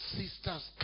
sisters